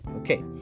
Okay